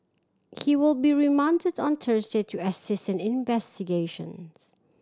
he will be remanded on Thursday to assist investigations